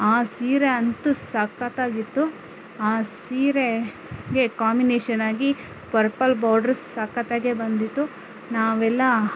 ಆ ಸೀರೆ ಅಂತೂ ಸಕತ್ತಾಗಿತ್ತು ಆ ಸೀರೆ ಗೆ ಕಾಂಬಿನೇಶನ್ ಆಗಿ ಪರ್ಪಲ್ ಬಾಡ್ರು ಸಕತ್ತಾಗೆ ಬಂದಿತ್ತು ನಾವೆಲ್ಲ